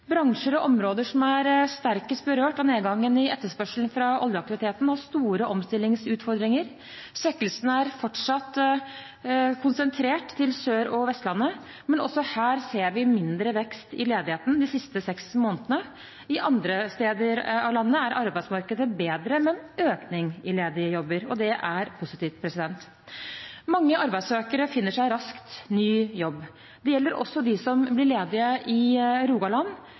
Bransjer og områder som er sterkest berørt av nedgangen i etterspørselen fra oljeaktiviteten, har store omstillingsutfordringer. Svekkelsen er fortsatt konsentrert til Sør- og Vestlandet. Men også her ser vi mindre vekst i ledigheten de siste seks månedene. Andre steder i landet er arbeidsmarkedet bedre, med en økning i ledige jobber, og det er positivt. Mange arbeidssøkere finner seg raskt ny jobb. Det gjelder også de som blir ledige i Rogaland.